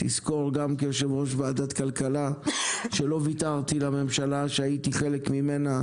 גם כיושב ראש ועדת כלכלה שלא ויתרתי לממשלה שהייתי חלק ממנה,